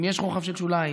אם יש רוחב של שוליים,